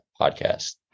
podcast